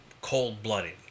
cold-blooded